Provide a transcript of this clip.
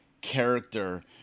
character